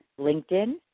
LinkedIn